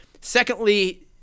secondly